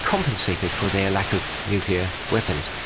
compensated for their lack of nuclear weapons.